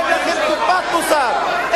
אין לכם טיפת מוסר.